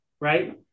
right